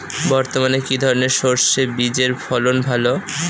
বর্তমানে কি ধরনের সরষে বীজের ফলন ভালো?